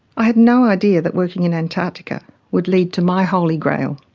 i had no idea that working in antarctica would lead to my holy grail,